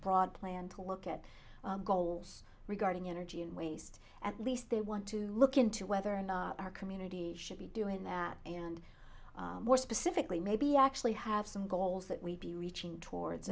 broad plan to look at goals regarding energy and waste at least they want to look into whether or not our community should be doing that and more specifically maybe actually have some goals that we'd be reaching towards